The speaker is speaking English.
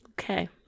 Okay